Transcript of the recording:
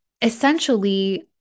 Essentially